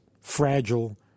fragile